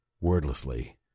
Wordlessly